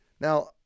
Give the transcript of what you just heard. Now